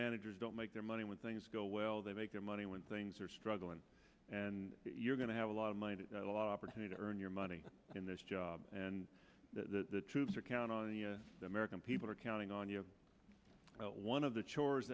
managers don't make their money when things go well they make their money when things are struggling and you're going to have a lot of might not a law pertaining to earn your money in this job and that the troops are count on the american people are counting on you one of the chores